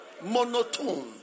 monotone